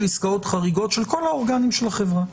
עסקאות חריגות של כל האורגנים של החברה.